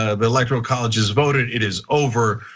ah the electoral college is voted, it is over.